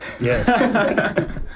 Yes